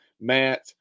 Matt –